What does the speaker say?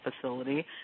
facility